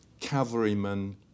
cavalrymen